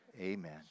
Amen